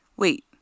Wait